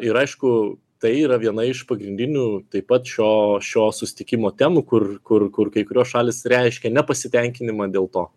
ir aišku tai yra viena iš pagrindinių taip pat šio šio susitikimo temų kur kur kur kai kurios šalys reiškia nepasitenkinimą dėl to